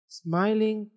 smiling